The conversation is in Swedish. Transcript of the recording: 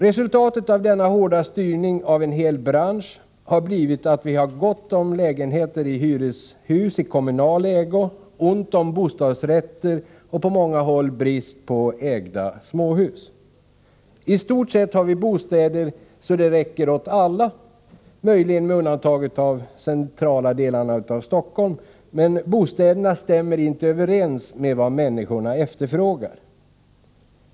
Resultatet av denna hårda styrning av en hel bransch har blivit att vi har gott om lägenheter i hyreshus i kommunal ägo, ont om bostadsrätter och på många håll brist på enskilt ägda småhus. I stort sett har vi bostäder så det räcker åt alla, möjligen med undantag av de centrala delarna av Stockholm, men bostäderna stämmer inte överens med vad människorna efterfrågar.